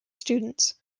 students